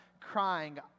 crying